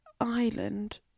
Island